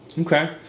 Okay